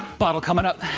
bottle coming up.